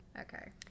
Okay